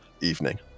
evening